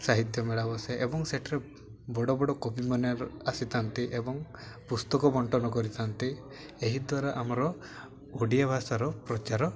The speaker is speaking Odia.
ସାହିତ୍ୟ ମେଳା ବସେ ଏବଂ ସେଠାରେ ବଡ଼ ବଡ଼ କବିମାନେ ଆସିଥାନ୍ତି ଏବଂ ପୁସ୍ତକ ବଣ୍ଟନ କରିଥାନ୍ତି ଏହାଦ୍ଵାରା ଆମର ଓଡ଼ିଆ ଭାଷାର ପ୍ରଚାର